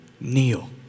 kneel